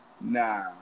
Nah